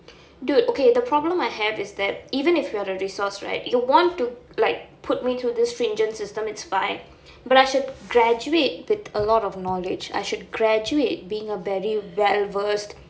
dude okay the problem I have is that even if you have the resource right you want to like put me through this stringent system it's fine but I should graduate with a lot of knowledge I should graduate being a very well versed